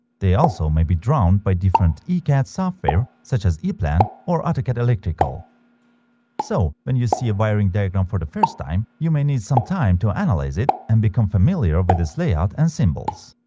they also may be drawn by different ecad software such as eplan or autocad electrical so when you see a wiring diagram for the first time you may need some time to analyze it and become familiar with its layout and symbols